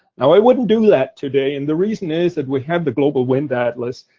now, i wouldn't do that today, and the reason is that we have the global wind atlas.